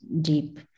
deep